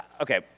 Okay